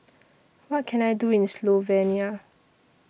What Can I Do in Slovenia